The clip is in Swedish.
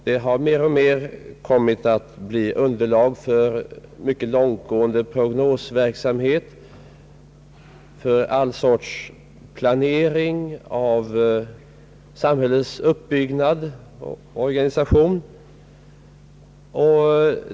Det har mer och mer kommit att bli underlag för mycket långtgående prognosverksamhet för all slags planering av samhällets uppbyggnad och organisation.